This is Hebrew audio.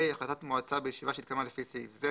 החלטת מועצה בישיבה שהתקיימה לפי סעיף זה,